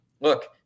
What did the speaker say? Look